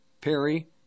Perry